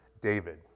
David